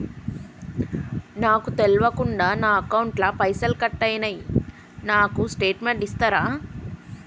నాకు తెల్వకుండా నా అకౌంట్ ల పైసల్ కట్ అయినై నాకు స్టేటుమెంట్ ఇస్తరా?